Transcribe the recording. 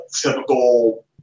typical